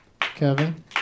Kevin